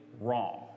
wrong